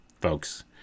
folks